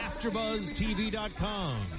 AfterbuzzTV.com